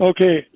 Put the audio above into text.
Okay